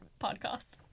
Podcast